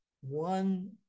One